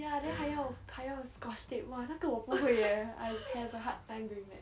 ya then 还要还要 scotch tape !wah! 那个我不会耶 I have a hard time doing that